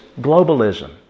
globalism